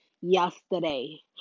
yesterday